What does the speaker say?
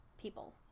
people